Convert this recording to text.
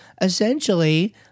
essentially